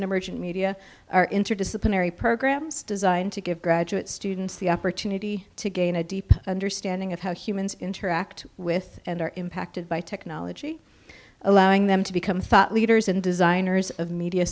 an emergent media are interdisciplinary programs designed to give graduate students the opportunity to gain a deep understanding of how humans interact with and are impacted by technology allowing them to become thought leaders and designers of media